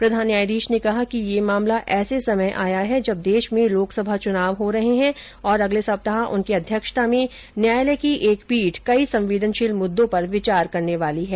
प्रधान न्यायाधीश ने कहा कि यह मामला ऐसे समय आया है जब देश में लोकसभा चूनाव हो रहे हैं और अगले सप्ताह उनकी अध्यक्षता में न्यायालय की एक पीठ कई संवेदनशील मुद्दों पर विचार करने वाली है